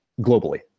globally